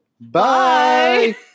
Bye